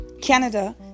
Canada